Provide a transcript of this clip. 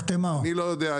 אני לא יודע.